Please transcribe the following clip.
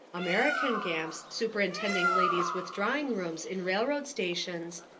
american gamps superintending ladies' withdrawing rooms in railroad stations,